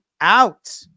out